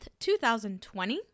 2020